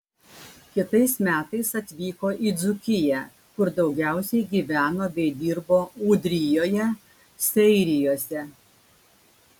kitais metais atvyko į dzūkiją kur daugiausiai gyveno bei dirbo ūdrijoje seirijuose